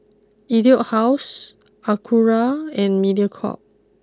Etude house Acura and Mediacorp